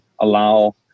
allow